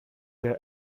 that